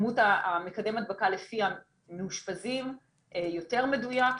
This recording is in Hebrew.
מקדם ההדבקה לפי המאושפזים יותר מדויק,